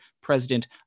president